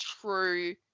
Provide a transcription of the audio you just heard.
true